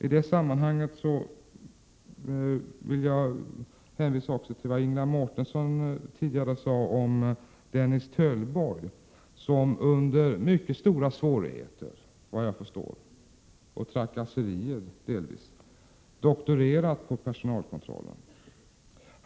I detta sammanhang vill jag hänvisa till det Ingela Mårtensson tidigare sade om Dennis Töllborg, som under mycket stora svårigheter och trakasserier — såvitt jag förstår — doktorerat på personalkontroll.